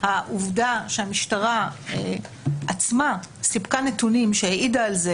העובדה שהמשטרה עצמה סיפקה נתונים שהעידו על זה